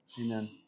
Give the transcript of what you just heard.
Amen